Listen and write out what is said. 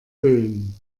böen